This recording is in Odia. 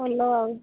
ଭଲ ଆଉ